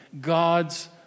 God's